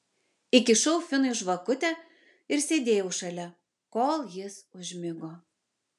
įkišau finui žvakutę ir sėdėjau šalia kol jis užmigo